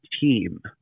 team